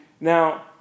Now